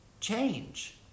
change